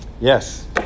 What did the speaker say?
Yes